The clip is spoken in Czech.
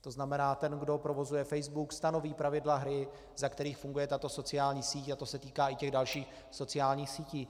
To znamená, ten, kdo provozuje Facebook, stanoví pravidla hry, za kterých funguje tato sociální síť, a to se týká i dalších sociálních sítí.